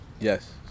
yes